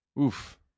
oof